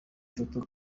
foto